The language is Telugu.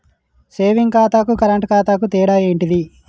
సేవింగ్ ఖాతాకు కరెంట్ ఖాతాకు తేడా ఏంటిది?